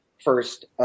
first